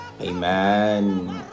amen